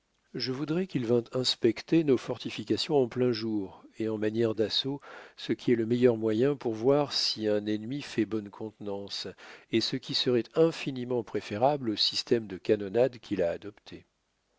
je voudrais qu'il vînt inspecter nos fortifications en plein jour et en manière d'assaut ce qui est le meilleur moyen pour voir si un ennemi fait bonne contenance et ce qui serait infiniment préférable au système de canonnade qu'il a adopté